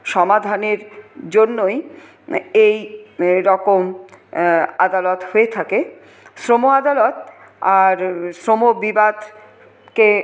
সমাধানের জন্যই এইরকম আদালত হয়ে থাকে শ্রম আদালত আর শ্রম বিবাদকে